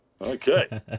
Okay